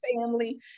family